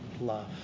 love